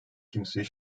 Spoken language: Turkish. kimseyi